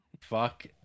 fuck